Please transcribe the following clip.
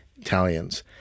italians